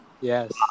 yes